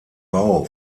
bau